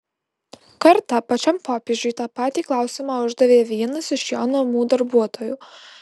kartą pačiam popiežiui tą patį klausimą uždavė vienas iš jo namų darbuotojų